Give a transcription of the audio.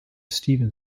stephen